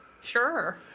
Sure